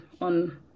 on